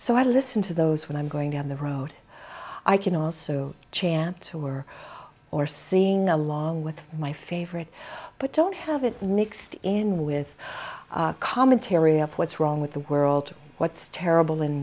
so i listen to those when i'm going on the road i can also chant who are or seeing along with my favorite but don't have it mixed in with commentary of what's wrong with the world what's terrible in